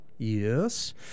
Yes